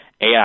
AI